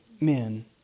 men